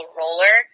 roller